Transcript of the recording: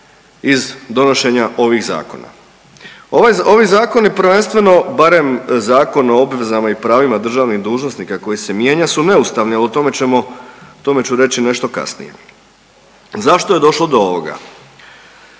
iz donošenja ovih zakona. Ovaj za…, ovi zakoni prvenstveno, barem Zakon o obvezama i pravima državnih dužnosnika koji se mijenja su neustavni, a o tome ćemo, o tome ću reći nešto kasnije. Zašto je došlo do ovoga,